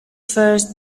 first